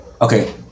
okay